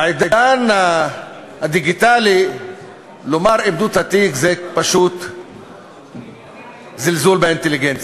בעידן הדיגיטלי לומר "איבדו את התיק" זה פשוט זלזול באינטליגנציה.